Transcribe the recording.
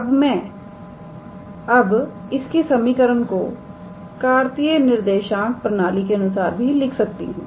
अब मैं अब इसकी समीकरण को कार्तीय निर्देशांक प्रणाली के अनुसार भी लिख सकती हूं